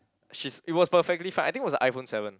she's it was perfectly fine I think it was a iPhone seven